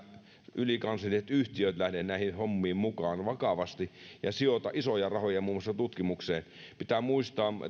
ylikansalliset yhtiöt lähde näihin hommiin mukaan vakavasti ja sijoita isoja rahoja muun muassa tutkimukseen pitää muistaa